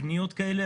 פניות כאלה.